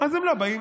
אז הם לא באים.